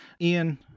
Ian